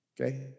Okay